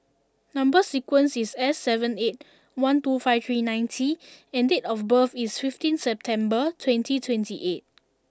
number sequence is S seven eight one two five three nine T and date of birth is fifteen September twenty twenty eight